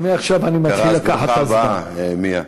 אז ברוכה הבאה, מיה.